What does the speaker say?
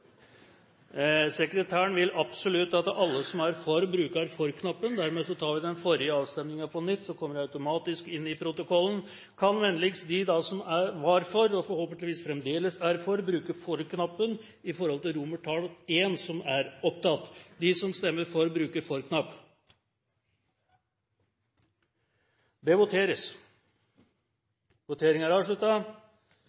Sekretæren vil absolutt at alle som er for innstillingen, bruker for-knappen. Dermed tar vi den forrige avstemningen på nytt, så kommer det automatisk inn i protokollen. Kan de som var for innstillingen – og som forhåpentligvis fremdeles er for – vennligst bruke for-knappen med hensyn til I, som tas opp til